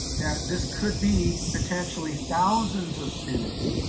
that this could be potentially thousands of students.